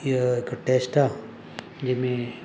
हीअ हिकु टेस्ट आहे जंहिंमें